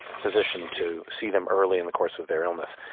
physician, to see them early in the course of their illness.